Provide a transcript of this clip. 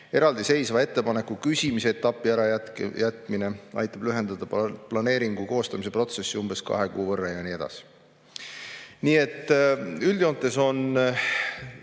Eraldiseisva ettepaneku küsimise etapi ärajätmine aitab lühendada planeeringu koostamise protsessi umbes kahe kuu võrra. Ja nii edasi. Nii et üldjoontes on